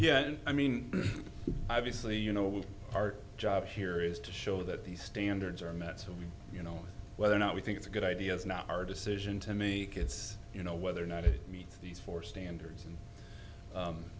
yeah i mean obviously you know our job here is to show that these standards are met so you know whether or not we think it's a good idea is not our decision to me it's you know whether or not it meets these four standards